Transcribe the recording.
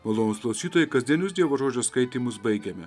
malonūs klausytojai kasdienius dievo žodžio skaitymus baigėme